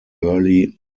early